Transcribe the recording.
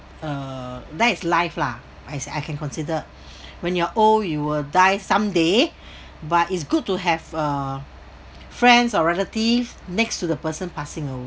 err that is life lah I say I can consider when you're old you will die someday but it's good to have uh friends or relative next to the person passing away